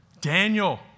Daniel